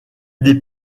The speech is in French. des